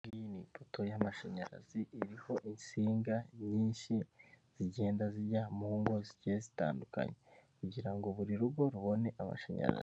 Iyi ngi ni ipoti y'amashanyarazi iriho insinga nyinshi zigenda zijya mu ngo zigiye zitandukanye, kugira buri rugo rubone amashanyarazi.